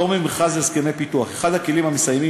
פטור ממכרז להסכמי פיתוח: אחד הכלים המסייעים